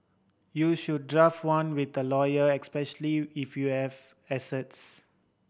you should draft one with a lawyer especially if you have assets